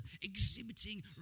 exhibiting